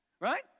Right